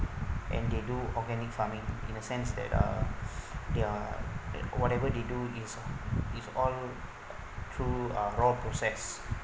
and they do organic farming in the sense that uh they're whatever they do is is all through uh raw process